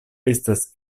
estas